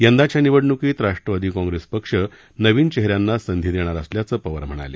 यंदाच्या निवडणुकीत राष्ट्रवादी काँग्रेस पक्ष नवीन चेहऱ्यांना संधी देणार असल्याचं पवार म्हणाले